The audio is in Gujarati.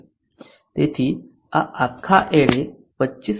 તેથી આ આખા એરે 25 કેડબલ્યુ છત પર સિસ્ટમ છે